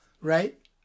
right